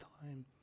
time